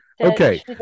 Okay